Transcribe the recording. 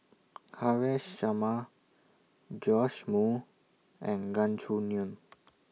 Haresh Sharma Joash Moo and Gan Choo Neo